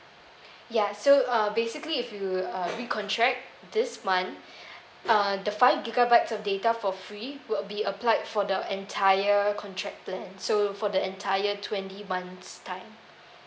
ya so uh basically if you uh recontract this month uh the five gigabytes of data for free will be applied for the entire contract plan so for the entire twenty months time